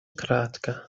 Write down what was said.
кратко